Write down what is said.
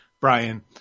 Brian